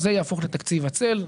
אז זה יהפוך לתקציב הצל.